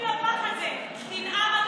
תנאם,